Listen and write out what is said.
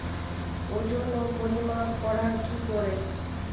ওজন ও পরিমাপ করব কি করে?